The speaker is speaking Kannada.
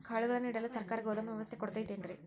ಕಾಳುಗಳನ್ನುಇಡಲು ಸರಕಾರ ಗೋದಾಮು ವ್ಯವಸ್ಥೆ ಕೊಡತೈತೇನ್ರಿ?